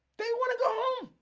they want to go home